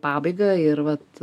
pabaigą ir vat